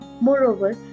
Moreover